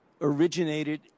originated